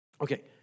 Okay